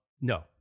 No